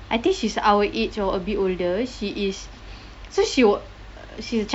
I think she's our age or a bit older she is so she w~ she's chi~